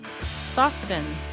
Stockton